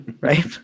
Right